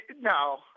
No